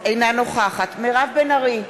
אינה נוכחת מירב בן ארי,